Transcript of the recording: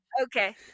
Okay